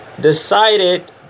decided